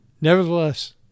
Nevertheless